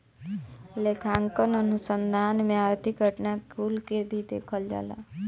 लेखांकन अनुसंधान में आर्थिक घटना कुल के भी देखल जाला